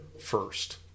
first